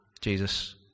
Jesus